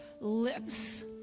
lips